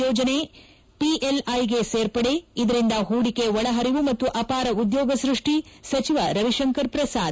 ಯೋಜನೆ ಪಿಎಲ್ಐಗೆ ಸೇರ್ಪಡೆ ಇದರಿಂದ ಹೂಡಿಕೆ ಒಳಹರಿವು ಮತ್ತು ಅಪಾರ ಉದ್ಯೋಗ ಸ್ಪಷ್ಪಿ ಸಚಿವ ರವಿಶಂಕರ ಪ್ರಸಾದ್